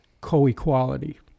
co-equality